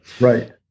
Right